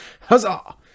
huzzah